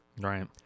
Right